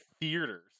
theaters